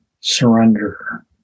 surrender